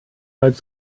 als